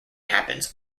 happens